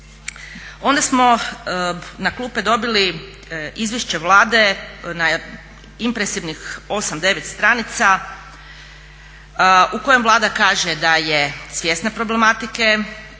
Onda smo na klupe dobili izvješće Vlade na impresivnih 8, 9 stranica u kojem Vlada kaže da je svjesna problematike,